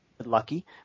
lucky